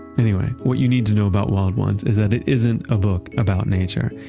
anyway, what you need to know about wild ones is that it isn't a book about nature.